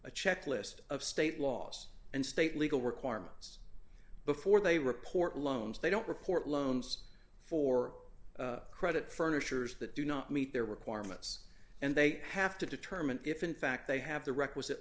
a checklist of state laws and state legal requirements before they report loans they don't report loans for credit furnishers that do not meet their requirements and they have to determine if in fact they have the requisite